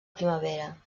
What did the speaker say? primavera